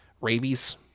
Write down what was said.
rabies